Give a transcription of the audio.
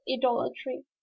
idolatry